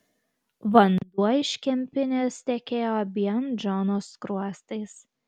vanduo iš kempinės tekėjo abiem džono skruostais